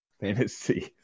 Fantasy